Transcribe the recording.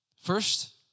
First